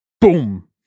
boom